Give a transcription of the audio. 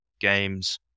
games